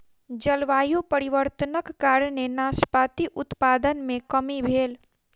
जलवायु परिवर्तनक कारणेँ नाशपाती उत्पादन मे कमी भेल